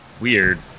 weird